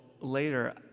later